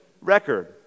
record